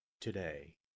today